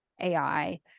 AI